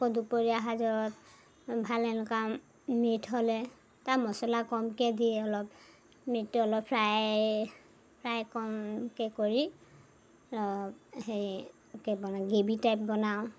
দুপৰীয়া সাজত ভাল এনেকুৱা মিট হ'লে তাত মছলা কমকে দি অলপ মিটটো অলপ ফ্ৰাই ফ্ৰাই কমকে কৰি সেই একে বনাওঁ গ্ৰেভি টাইপ বনাওঁ